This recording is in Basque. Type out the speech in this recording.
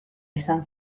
izan